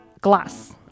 Glass